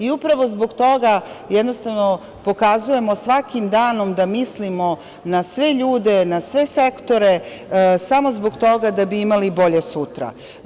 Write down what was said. U8pravo zbog toga jednostavno pokazujemo svakim danom da mislimo na sve ljude, na sve sektore samo zbog toga da bi imali bolje sutra.